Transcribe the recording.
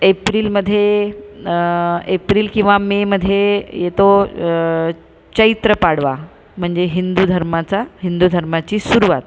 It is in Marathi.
एप्रिलमध्ये एप्रिल किंवा मेमध्ये येतो चैत्र पाडवा म्हणजे हिंदू धर्माचा हिंदू धर्माची सुरुवात